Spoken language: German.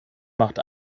macht